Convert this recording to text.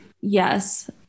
yes